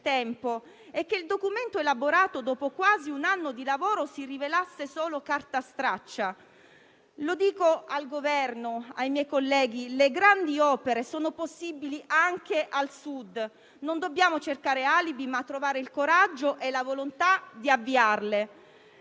tempo e che il documento elaborato dopo quasi un anno di lavoro si rivelasse solo cartastraccia. Lo dico al Governo, ai miei colleghi: le grandi opere sono possibili anche al Sud; non dobbiamo cercare alibi, ma trovare il coraggio e la volontà di avviarle.